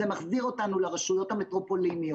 זה מחזיר אותנו לרשויות המטרופוליניות,